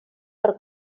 per